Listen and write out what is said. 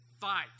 fight